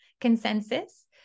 consensus